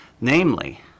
Namely